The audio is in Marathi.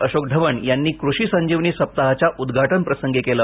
अशोक ढवण यांनी कृषी संजीवनी सप्ताहाच्या उद्घाटनाप्रसंगी केलं